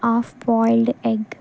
half boiled egg